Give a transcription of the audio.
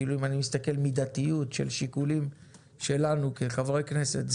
אם אני מסתכל מידתיות של שיקולים שלנו כחברי כנסת,